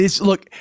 Look